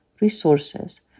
resources